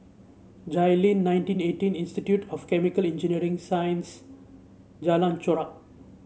Jayleen nineteen eighteen Institute of Chemical Engineering Sciences Jalan Chorak